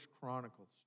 Chronicles